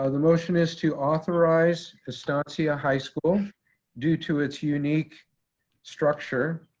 ah the motion is to authorize estancia high school due to its unique structure,